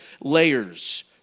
layers